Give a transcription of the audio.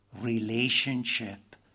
relationship